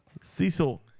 Cecil